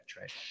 right